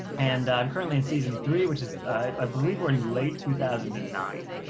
and i'm currently in season three, which is i believe we're in late two thousand and nine.